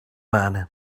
man